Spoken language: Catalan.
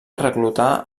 reclutar